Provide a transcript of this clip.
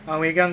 ang wei kiang